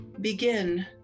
Begin